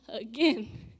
again